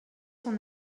son